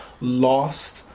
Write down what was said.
Lost